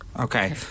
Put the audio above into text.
Okay